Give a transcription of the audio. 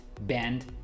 bend